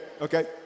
okay